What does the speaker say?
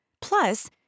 Plus